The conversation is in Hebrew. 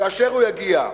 כאשר הוא יגיע.